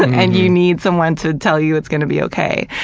and you need someone to tell you it's gonna be okay.